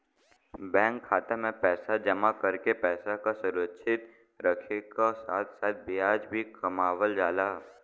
bank खाता में पैसा जमा करके पैसा क सुरक्षित रखे क साथ साथ ब्याज भी कमावल जाला